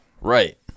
right